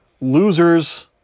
Losers